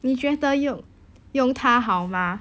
你觉得用用它好吗